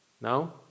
Now